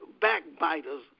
backbiters